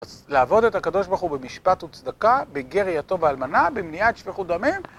לעבוד את הקב"ה, במשפט וצדקה, בגר, יתום והאלמנה, במניעת שפיכות דמים.